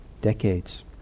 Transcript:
decades